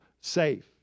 safe